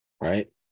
Right